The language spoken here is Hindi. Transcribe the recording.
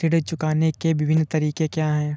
ऋण चुकाने के विभिन्न तरीके क्या हैं?